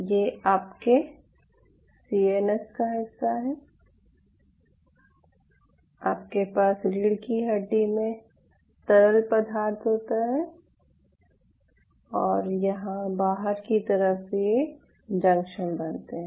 ये आपके सीएनएस का हिस्सा है आपके पास रीढ़ की हड्डी में तरल पदार्थ होता है और यहां बाहर की तरफ ये जंक्शन बनते हैं